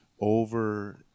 over